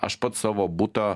aš pats savo butą